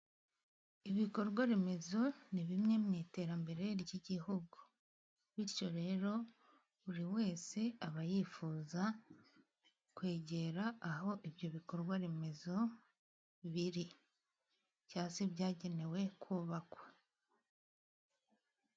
Ibikorwa remezo ni bimwe mu iterambere ry'igihugu, bityo rero buri wese aba yifuza kwegera aho ibyo bikorwa remezo biri, cyangwa se byagenewe kubakwa.